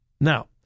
Now